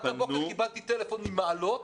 רק הבוקר קיבלתי טלפון ממעלות,